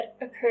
occurred